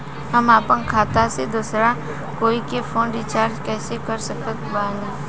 हम अपना खाता से दोसरा कोई के फोन रीचार्ज कइसे कर सकत बानी?